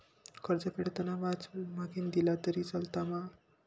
कर्ज फेडताना व्याज मगेन दिला तरी चलात मा?